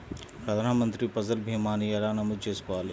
ప్రధాన మంత్రి పసల్ భీమాను ఎలా నమోదు చేసుకోవాలి?